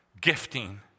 gifting